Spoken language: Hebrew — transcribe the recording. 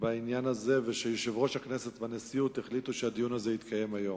בעניין הזה ויושב-ראש הכנסת והנשיאות החליטו שהדיון הזה יתקיים היום.